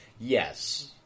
Yes